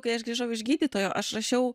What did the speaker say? kai aš grįžau iš gydytojo aš rašiau